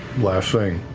last thing,